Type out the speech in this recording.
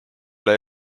üle